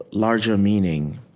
larger meaning,